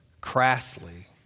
crassly